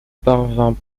parvint